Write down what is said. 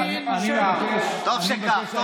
היא נשארת, טוב שכך.